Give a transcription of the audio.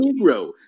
Negro